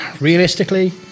realistically